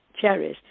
cherries